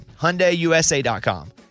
HyundaiUSA.com